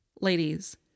Ladies